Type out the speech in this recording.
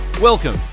Welcome